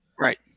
Right